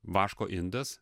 vaško indas